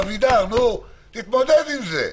אבידר, נו, תתמודד עם זה.